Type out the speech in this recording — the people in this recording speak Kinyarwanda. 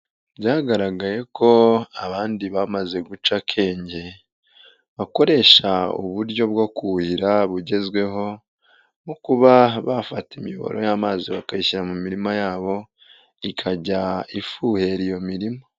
Byagaragaye ko abandi bamaze guca akenge, bakoresha uburyo bwo kuhira bugezweho nko kuba bafata imiyoboro y'amazi bakayishyira mu mirima yabo, ikajya ifuhera iyo mirima.